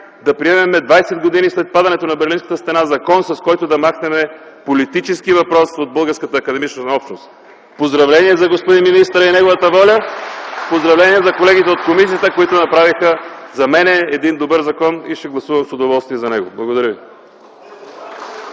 да приемем двадесет години след падането на Берлинската стена закон, с който да махнем политическия въпрос от българската академична общност. Поздравления за господин министъра и неговата воля (ръкопляскания в ГЕРБ и СК), поздравления за колегите от комисията, които направиха - за мен - един добър закон и ще гласувам с удоволствие за него! Благодаря Ви.